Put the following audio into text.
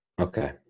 Okay